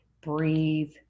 breathe